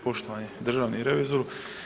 Poštovani državni revizoru.